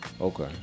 Okay